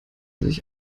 sich